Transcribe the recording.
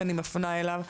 שאני מפנה אליו,